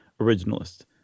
originalist